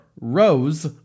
Rose